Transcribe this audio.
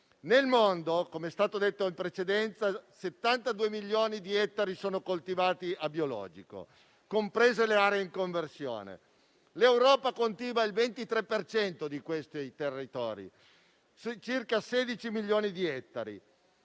Nel mondo, come è stato detto in precedenza, 72 milioni di ettari sono coltivati con sistemi biologici, comprese le aree in conversione. L'Europa coltiva il 23 per cento di questi territori, circa 16 milioni di ettari.